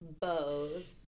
bows